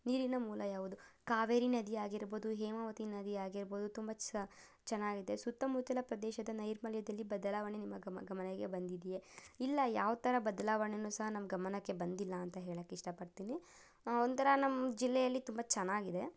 ನೀರಿನ ಮೂಲ ಯಾವುದು ಕಾವೇರಿ ನದಿ ಆಗಿರ್ಬೋದು ಹೇಮಾವತಿ ನದಿ ಆಗಿರ್ಬೋದು ತುಂಬ ಚೆನ್ನಾಗಿದೆ ಸುತ್ತ ಮುತ್ತಲ ಪ್ರದೇಶದ ನೈರ್ಮಲ್ಯದಲ್ಲಿ ಬದಲಾವಣೆ ನಿಮ್ಮ ಗಮ ಗಮನಕ್ಕೆ ಬಂದಿದೆಯೇ ಇಲ್ಲ ಯಾವಥರ ಬದಲಾವಣೆಯನ್ನು ಸಹ ನಮ್ಮ ಗಮನಕ್ಕೆ ಬಂದಿಲ್ಲ ಅಂತ ಹೇಳೋಕೆ ಇಷ್ಟಪಡ್ತೀನಿ ಒಂಥರ ನಮ್ಮ ಜಿಲ್ಲೆಯಲ್ಲಿ ತುಂಬ ಚೆನ್ನಾಗಿದೆ